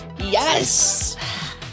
Yes